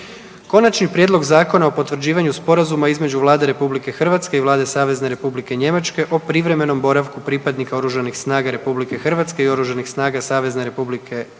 Konačni prijedlog Zakona o potvrđivanju sporazuma između Vlade RH i Vlade Savezne Republike Njemačke o privremenom boravku pripadnika Oružanih snaga RH i Oružanih snaga Savezne Republike Njemačke